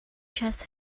trust